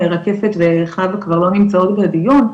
רקפת וחוה כבר לא נמצאות בדיון,